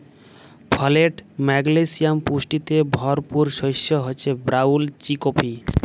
folate, magnesium পুষ্টিতে ভরপুর শস্য হচ্যে ব্রাউল চিকপি